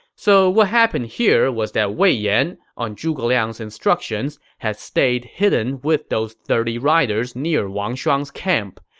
so what happened here was that wei yan, on zhuge liang's instructions, had stayed hidden with those thirty riders near wang shuang's camp.